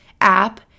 app